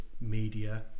media